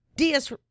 DS